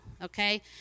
Okay